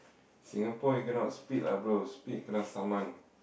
Singapore you cannot speed lah bro speed kena summon